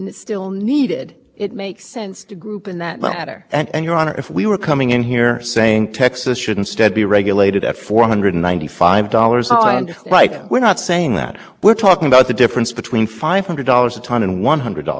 and we have nor argued obviously that you cannot allocate that overage uniformly instead have to do a proportional to each state physical contribution but e p a has not accepted the proposition that there is this other limit the part of the decision